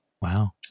Wow